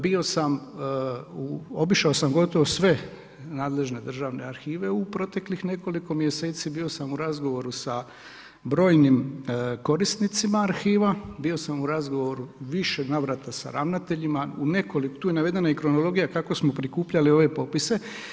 Bio sam, obišao sam gotovo sve nadležne državne arhive u proteklih nekoliko mjeseci, bio sam u razgovoru sa brojnim korisnicima arhiva, bio sam u razgovorima u više navrata sa ravnateljima, tu je navedena i kronologija kako smo prikupljali ove popise.